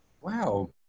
Wow